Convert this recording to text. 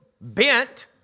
bent